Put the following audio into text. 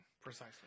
Precisely